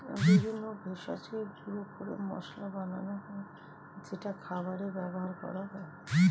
বিভিন্ন ভেষজকে গুঁড়ো করে মশলা বানানো হয় যেটা খাবারে ব্যবহার করা হয়